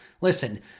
Listen